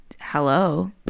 hello